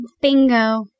Bingo